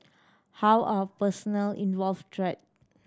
how are personnel involved treated